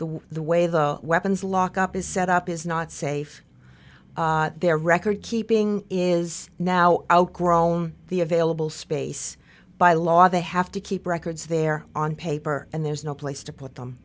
way the way the weapons lock up is set up is not safe their record keeping is now outgrown the available space by law they have to keep records there on paper and there's no place to put them